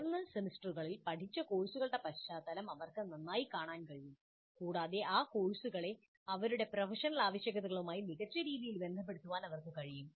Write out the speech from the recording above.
ഉയർന്ന സെമസ്റ്ററുകളിൽ പഠിച്ച കോഴ്സുകളുടെ പശ്ചാത്തലം അവർക്ക് നന്നായി കാണാൻ കഴിയും കൂടാതെ ആ കോഴ്സുകളെ അവരുടെ പ്രൊഫഷണൽ ആവശ്യകതകളുമായി മികച്ച രീതിയിൽ ബന്ധപ്പെടുത്താൻ അവർക്ക് കഴിയും